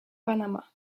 panama